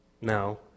now